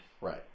Right